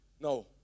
No